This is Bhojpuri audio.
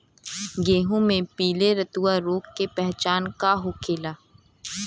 गेहूँ में पिले रतुआ रोग के पहचान का होखेला?